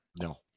No